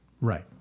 Right